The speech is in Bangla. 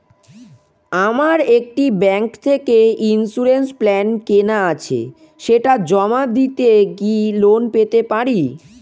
আমার একটি ব্যাংক থেকে ইন্সুরেন্স প্ল্যান কেনা আছে সেটা জমা দিয়ে কি লোন পেতে পারি?